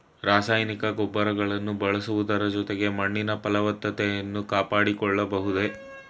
ರಾಸಾಯನಿಕ ಗೊಬ್ಬರಗಳನ್ನು ಬಳಸುವುದರ ಜೊತೆಗೆ ಮಣ್ಣಿನ ಫಲವತ್ತತೆಯನ್ನು ಕಾಪಾಡಿಕೊಳ್ಳಬಹುದೇ?